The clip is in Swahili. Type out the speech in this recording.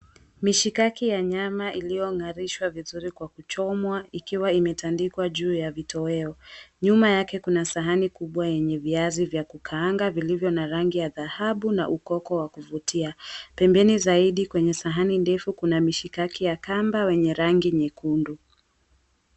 Mishikaki ya nyama iliyo ng'arishwa vizuri kwa kuchomwa ikiwa imetandikwa juu ya vitoweo. Nyuma yake kuna sahani kubwa yenye viazi vya kukaanga vilivyo na rangi ya dhahabu na ukoko wa kuvutia. Pembeni zaidi kwenye sahani ndefu kuna mishikaki ya kamba wenye rangi nyekundu.